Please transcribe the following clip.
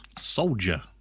Soldier